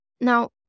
Now